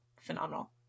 phenomenal